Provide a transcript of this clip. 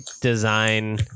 design